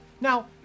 Now